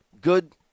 Good